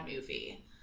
movie